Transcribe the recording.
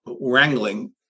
wrangling